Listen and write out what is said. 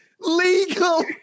Legal